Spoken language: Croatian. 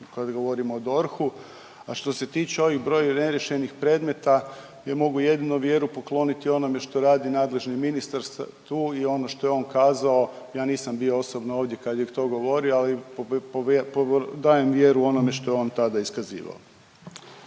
kad govorimo o DORH-u, a što se tiče ovih broj neriješenih predmeta gdje mogu jedino vjeru pokloniti onome što radi nadležni ministar sad tu i ono što je on kazao. Ja nisam bio osobno ovdje kad je to govorio, ali dajem vjeru onome što je on tada iskazivao.